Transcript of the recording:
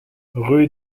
rue